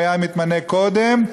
הוא היה מתמנה קודם.